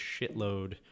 shitload